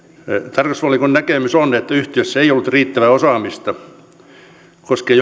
tarkastusvaliokunnan näkemys on että yhtiössä ei ollut riittävää osaamista koskien